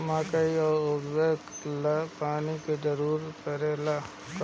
मकई के उपजाव ला पानी के जरूरत परेला का?